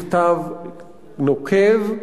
מכתב נוקב,